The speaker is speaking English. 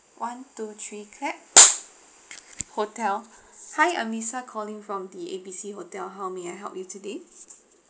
one two three clap hotel hi I'm lisa calling from the A B C hotel how may I help you today